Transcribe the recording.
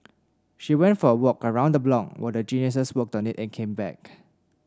she went for a walk around the block while the Geniuses worked on it and came back